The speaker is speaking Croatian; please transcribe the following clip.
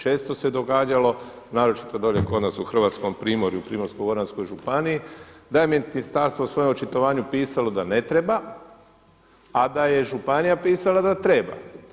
Često se događalo, naročito dolje kod nas u Hrvatskom primorju, Primorsko-goranskoj županiji da je ministarstvo u svojem očitovanju pisalo da ne treba a da je županija pisala da treba.